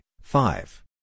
five